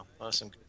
Awesome